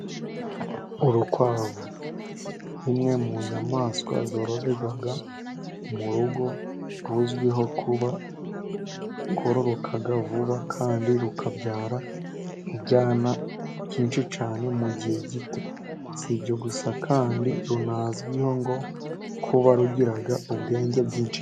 Urukwavu imwe mu nyamaswa zororerwa mu rugo. Ruzwiho kuba rwororoka vuba kandi rukabyara n'ibyana byinshi cyane mu gihe gito. Si ibyo gusa kandi runazwiho ngo kuba rugira ubwenge bwinshi.